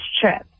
trip